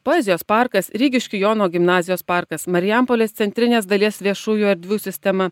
poezijos parkas rygiškių jono gimnazijos parkas marijampolės centrinės dalies viešųjų erdvių sistema